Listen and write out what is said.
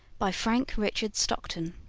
by frank richard stockton